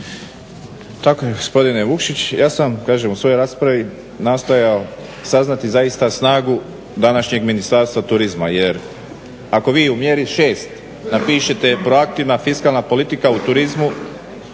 Tako je gospodine Vukšić, ja sam kažem u svojoj raspravi nastojao saznati zaista snagu današnjeg Ministarstva turizma jer ako vi u mjeri 6. napišete proativna fiskalna politika u turizmu,